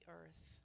earth